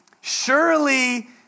Surely